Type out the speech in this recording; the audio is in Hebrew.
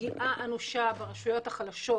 פגיעה אנושה ברשויות החלשות,